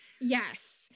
Yes